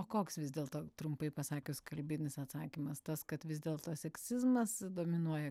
o koks vis dėlto trumpai pasakius kalbinis atsakymas tas kad vis dėlto seksizmas dominuoja